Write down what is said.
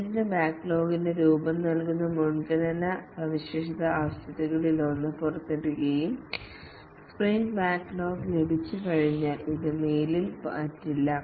sprint ബാക്ക്ലോഗിന് രൂപം നൽകുന്ന മുൻഗണനാ സവിശേഷത ആവശ്യകതകളിലൊന്ന് പുറത്തെടുക്കുകയും സ്പ്രിന്റ് ബാക്ക്ലോഗ് ലഭിച്ചുകഴിഞ്ഞാൽ ഇത് മേലിൽ മാറ്റില്ല